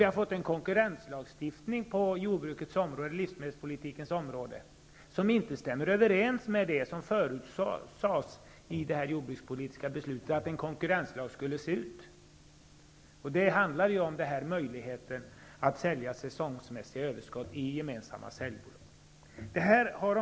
Vi har fått en konkurrenslagstiftning på jordbrukspolitikens område som inte stämmer överens med det som sades i det jordbrukspolitiska beslutet om hur en konkurrenslagstiftning skulle se ut. Det gäller möjligheten att sälja säsongsmässiga överskott i gemensamma säljbolag.